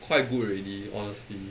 quite good already honestly